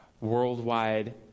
worldwide